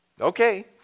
Okay